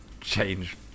change